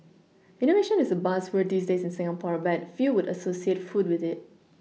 innovation is a buzzword these days in Singapore but few would associate food with it